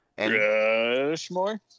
Rushmore